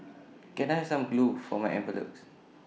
can I some glue for my envelopes